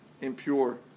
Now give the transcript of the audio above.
impure